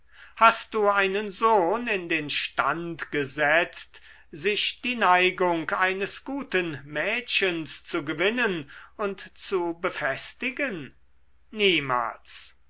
hast du einen sohn in den stand gesetzt sich die neigung eines guten mädchens zu gewinnen und zu befestigen niemals